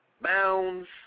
bounds